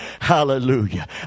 Hallelujah